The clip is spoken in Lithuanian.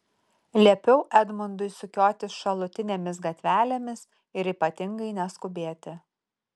liepiau edmundui sukiotis šalutinėmis gatvelėmis ir ypatingai neskubėti